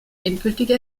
endgültige